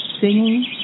singing